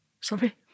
Sorry